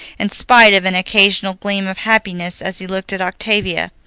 in spite of an occasional gleam of happiness as he looked at octavia.